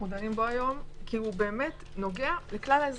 דנים בו היום כי הוא נוגע בכל אחד ואחד